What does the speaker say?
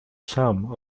sam